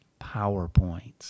PowerPoints